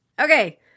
Okay